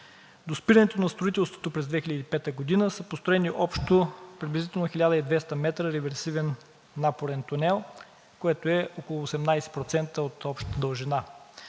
До спирането на строителството през 2005 г. са построени общо приблизително 1200 метра реверсивен напорен тунел, което е около 18% от общата дължина.